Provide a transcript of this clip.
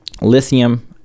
lithium